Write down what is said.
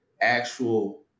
actual